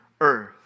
earth